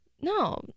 No